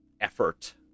effort